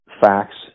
facts